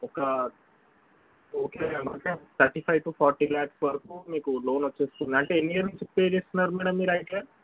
ఒక okay ma'am అంటే thirty five to forty lakhs వరకు మీకు లోన్ వచ్చేస్తుంది అంటే ఎన్ని ఇయర్స్ నుంచి పే చేస్తున్నారు మేడం మీరు ఐటీఆర్